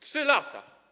3 lata.